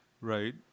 Right